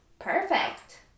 Perfect